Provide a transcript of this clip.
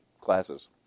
classes